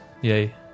Yay